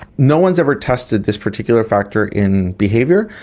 no one has ever tested this particular factor in behaviour.